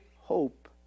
hope